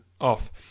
off